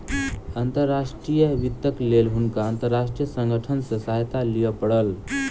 अंतर्राष्ट्रीय वित्तक लेल हुनका अंतर्राष्ट्रीय संगठन सॅ सहायता लिअ पड़ल